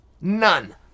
none